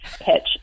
pitch